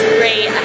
great